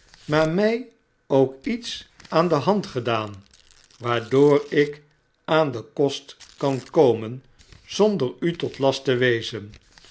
maar mij ook iets aan de hand gedaan waardoor ik aan den kost kan komen zonder u tot last te wezen